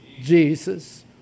Jesus